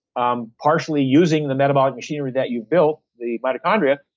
um partially using the metabolic machinery that you built, the mitochondria,